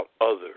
others